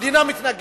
המדינה מתנגדת.